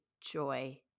joy